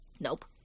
nope